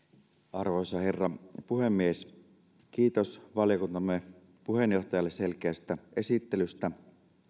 arvoisa herra puhemies kiitos valiokuntamme puheenjohtajalle selkeästä esittelystä